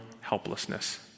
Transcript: helplessness